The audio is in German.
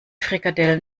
frikadellen